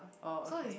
oh okay